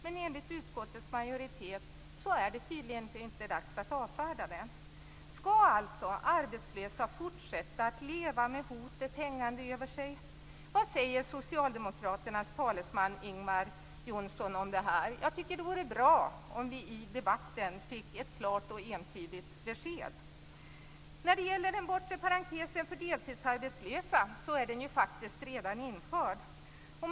Men enligt utskottets majoritet är det tydligen inte dags att avfärda den. Skall arbetslösa fortsätta att leva med hotet hängande över sig? Vad säger Socialdemokraternas talesman Ingvar Johnsson om detta? Jag tycker att det vore bra om vi i debatten fick ett klart och entydigt besked. Den bortre parentesen för deltidsarbetslösa är faktiskt redan införd.